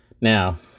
Now